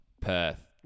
Perth